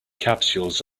capsules